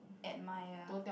admire